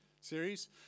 series